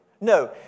No